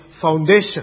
foundation